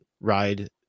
ride